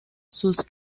sus